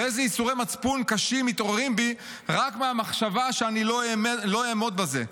ואיזה ייסורי מצפון קשים מתעוררים בי רק מהמחשבה שאני לא אעמוד בזה,